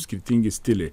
skirtingi stiliai